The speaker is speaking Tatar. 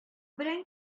белән